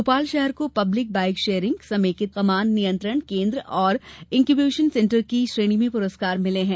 भोपाल शहर को public bike sharing समेकित कमान नियंत्रण केन्द्र और इन्क्यूवेशन सेंटर की श्रेणी में पुरस्कार मिले हैं